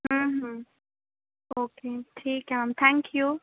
okay ठीक आहे ma'am thank you